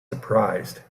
surprised